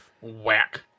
Whack